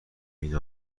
این